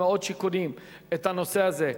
במאות שיכונים את הנושא הזה.